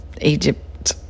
egypt